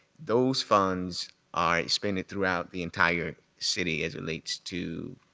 those funds are expended throughout the entire city as relates to